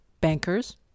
bankers